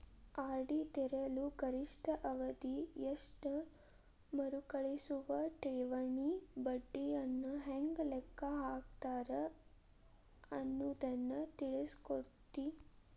RD ತೆರೆಯಲು ಗರಿಷ್ಠ ಅವಧಿ ಎಷ್ಟು ಮರುಕಳಿಸುವ ಠೇವಣಿ ಬಡ್ಡಿಯನ್ನ ಹೆಂಗ ಲೆಕ್ಕ ಹಾಕ್ತಾರ ಅನ್ನುದನ್ನ ತಿಳಿಸಿಕೊಡ್ತತಿ